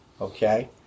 okay